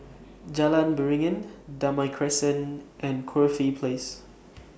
Jalan Beringin Damai Crescent and Corfe Place